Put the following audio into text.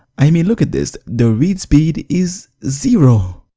i mean, look at this the read speed is zero!